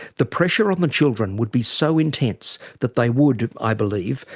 the pressure on the children would be so intense that they would, i believe,